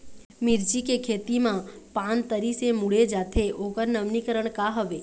मिर्ची के खेती मा पान तरी से मुड़े जाथे ओकर नवीनीकरण का हवे?